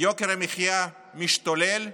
יוקר המחיה משתולל.